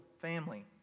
family